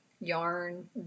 yarn